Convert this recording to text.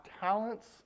talents